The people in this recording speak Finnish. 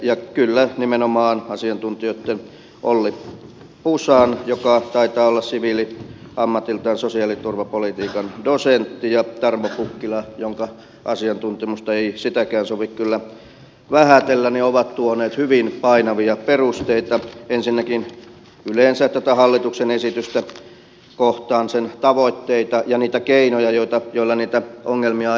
ja kyllä nimenomaan asiantuntijat olli pusa joka taitaa olla siviiliammatiltaan sosiaaliturvapolitiikan dosentti ja tarmo pukkila jonka asiantuntemusta ei sitäkään sovi kyllä vähätellä ovat tuoneet hyvin painavia perusteita ensinnäkin yleensä tätä hallituksen esitystä sen tavoitteita ja niitä keinoja kohtaan joilla niitä ongelmia aiotaan ratkaista